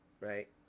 right